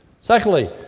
Secondly